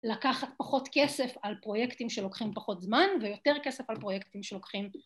‫לקחת פחות כסף על פרויקטים ‫שלוקחים פחות זמן ‫ויותר כסף על פרויקטים ‫שלוקחים...